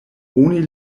oni